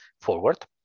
forward